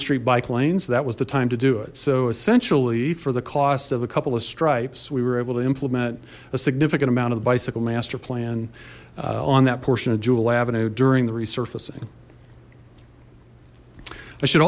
street bike lanes that was the time to do it so essentially for the cost of a couple of stripes we were able to implement a significant amount of the bicycle master plan on that portion of jewell avenue during the resurfacing i should